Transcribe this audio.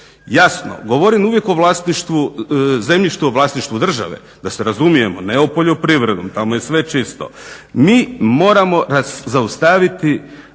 Jasno govorim uvijek o zemljištu u vlasništvu države da se razumijemo, ne o poljoprivrednom. Tamo je sve čisto. Mi moramo zaustaviti